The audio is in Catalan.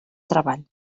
treball